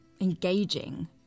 engaging